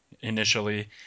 initially